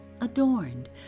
adorned